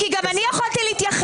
כי גם אני יכולתי להתייחס,